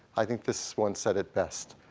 i think this one said it best.